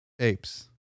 apes